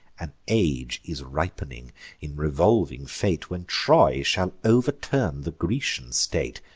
an age is ripening in revolving fate when troy shall overturn the grecian state,